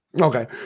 Okay